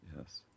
Yes